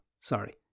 sorry